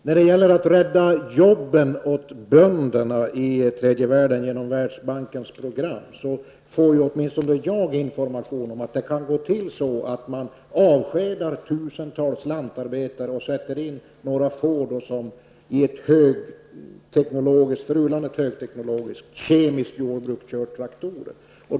När det gäller att rädda jobben åt bönderna i tredje världen genom Världsbankens program får åtminstone jag information om att det kan gå till så att man avskedar tusentals lantarbetare och sätter in några få som i ett för u-landet högteknologiskt kemiskt jordbruk kör traktorer.